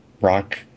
rock